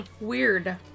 Weird